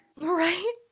Right